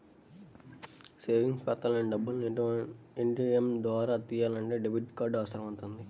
savings ఖాతాలోని డబ్బుల్ని ATM ద్వారా తియ్యాలంటే డెబిట్ కార్డు అవసరమవుతుంది